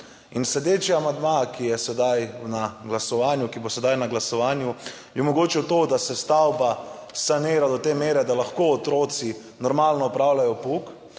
je sedaj na glasovanju, ki bo sedaj na glasovanju, bi omogočil to, da se stavba sanira do te mere, da lahko otroci normalno opravljajo pouk,